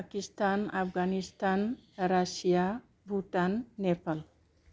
Pakistan Afghanistan Russia Bhutan Nepal